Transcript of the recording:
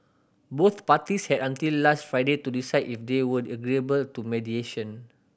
both parties had until last Friday to decide if they were agreeable to mediation